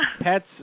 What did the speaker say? Pets